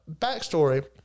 Backstory